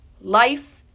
life